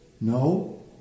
No